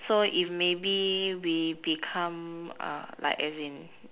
so if maybe we become uh like as in